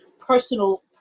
personal